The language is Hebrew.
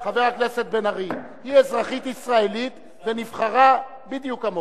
היא אזרחית ישראלית ונבחרה בדיוק כמוך.